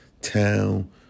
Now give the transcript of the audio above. town